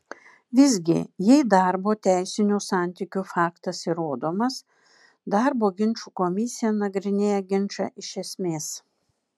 visgi jei darbo teisinių santykių faktas įrodomas darbo ginčų komisija nagrinėja ginčą iš esmės